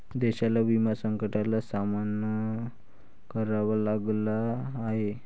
देशाला विमा संकटाचा सामना करावा लागला आहे